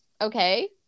okay